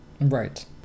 Right